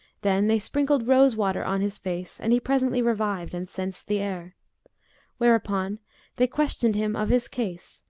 then they sprinkled rose-water on his face and he presently revived and sensed the air whereupon they questioned him of his case,